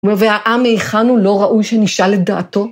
נו, והעם היכן הוא? לא ראוי שנשאל את דעתו?